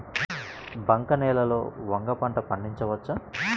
బంక నేలలో వంగ పంట పండించవచ్చా?